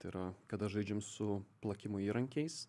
tai yra kad žaidžiam su plakimo įrankiais